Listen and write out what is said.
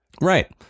Right